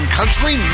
Country